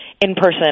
in-person